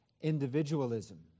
individualism